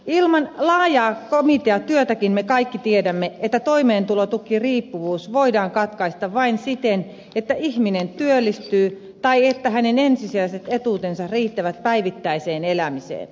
ilman laajaa komiteatyötäkin me kaikki tiedämme että toimeentulotukiriippuvuus voidaan katkaista vain siten että ihminen työllistyy tai että hänen ensisijaiset etuutensa riittävät päivittäiseen elämiseen